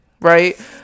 right